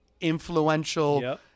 influential